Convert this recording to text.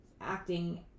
acting